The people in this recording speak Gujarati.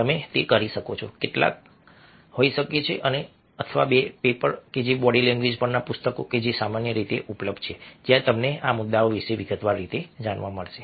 તમે કરી શકો છો કેટલાક હોઈ શકે છે એક અથવા બે પેપર અને જો બોડી લેંગ્વેજ પરના પુસ્તકો જે સામાન્ય રીતે ઉપલબ્ધ છે જ્યાં તમને આ મુદ્દાઓ વિશે વિગતવાર રીતે જાણવા મળશે